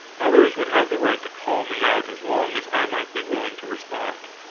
others would have the right to call me out as long as i might be willing to respond.